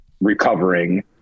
recovering